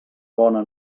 bona